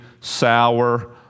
sour